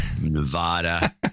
Nevada